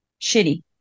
Shitty